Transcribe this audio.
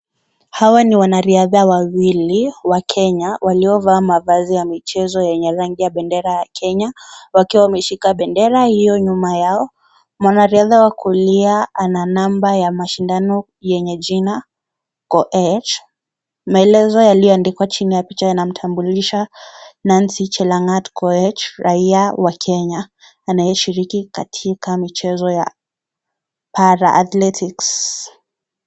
Hawa ni wanariadha wawili wakenya waliovaa mavazi yenye rangi ya bendera ya Kenya wakiwa wameshika bendera hiyo nyuma yao, mwanariadha wa kulia ana namba ya mashindano yenye jina Koech maelezo yalioandikwa chini ya picha yake yanamtamblisha Nancy chelangat Koech raia wa Kenya anayeshiriki katika michezo ya Para Athletics.